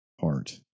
heart